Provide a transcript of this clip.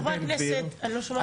חברי הכנסת, אני לא שומעת.